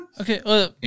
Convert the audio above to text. Okay